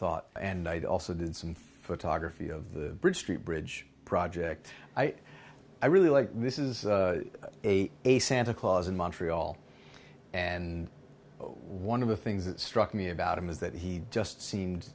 thought and i'd also did some photographers of the bridge street bridge project i really like this is a a santa claus in montreal and one of the things that struck me about him is that he just seemed